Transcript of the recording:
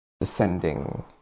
descending